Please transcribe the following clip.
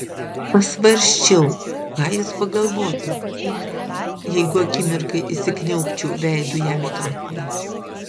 pasvarsčiau ką jis pagalvotų jeigu akimirkai įsikniaubčiau veidu jam į kaklą